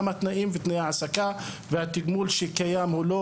גם התנאים ותנאיי ההעסקה והתגמול שקיים הוא לא